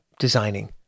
Designing